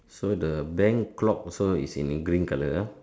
so the bank clock also is in green colour ah